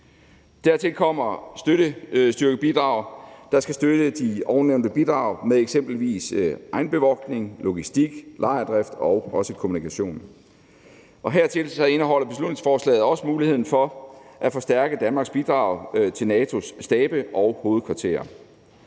Dertil kommer støttestyrkebidrag, der skal støtte de ovennævnte bidrag med eksempelvis egenbevogtning, logistik, lejrdrift og også kommunikation. Hertil indeholder beslutningsforslaget også muligheden for at forstærke Danmarks bidrag til NATO's stabe og hovedkvarter.